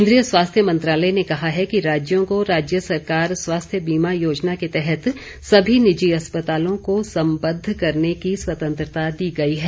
केन्द्रीय स्वास्थ्य मंत्रालय ने कहा है कि राज्यों को राज्य सरकार स्वास्थ्य बीमा योजना के तहत सभी निजी अस्पतालों को संबद्ध करने की स्वतंत्रता दी गई है